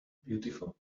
beautiful